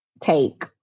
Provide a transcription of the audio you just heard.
take